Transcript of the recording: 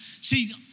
See